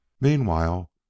meanwhile